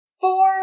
four